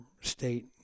state